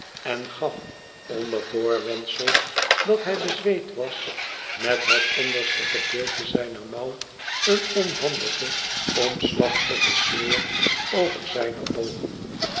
en gaf onder voorwendsel dat hij bezweet was met hetonderste gedeelte zijner mouw een onhandigen omslachtigen smeer over zijne oogen